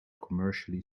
commercially